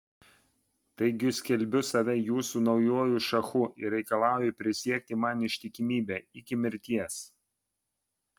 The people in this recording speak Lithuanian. taigi skelbiu save jūsų naujuoju šachu ir reikalauju prisiekti man ištikimybę iki mirties